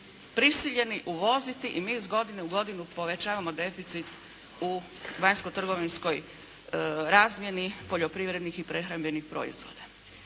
prisiljeni uvoziti i mi iz godine u godinu povećavamo deficit u vanjskotrgovinskoj razmjeni poljoprivrednih i prehrambenih proizvoda.